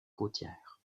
côtières